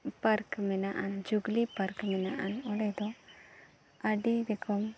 park ᱢᱮᱱᱟᱜᱼᱟ jubilee park ᱢᱮᱱᱟᱜᱼᱟ ᱚᱸᱰᱮ ᱫᱚ ᱟᱸᱰᱤ ᱨᱚᱠᱚᱢ